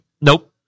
Nope